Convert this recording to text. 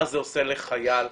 מה זה עושה לחייל,